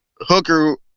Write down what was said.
Hooker